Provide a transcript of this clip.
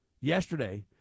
yesterday